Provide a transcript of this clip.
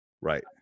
Right